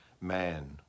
man